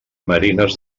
marines